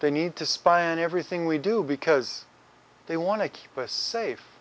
they need to spy on everything we do because they want to keep us safe